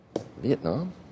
Vietnam